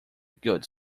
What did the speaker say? good